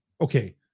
okay